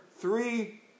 three